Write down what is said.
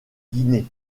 guinée